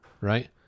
Right